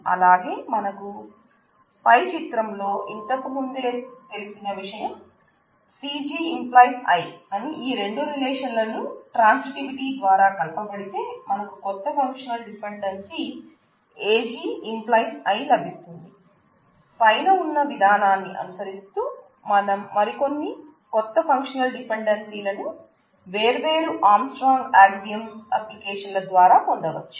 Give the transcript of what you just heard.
అలాగే మనకు A→C రిలేషన్ను అప్లికేషన్ల ద్వార పొందవచ్చు